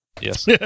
Yes